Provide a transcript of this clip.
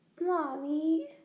Mommy